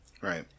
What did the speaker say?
right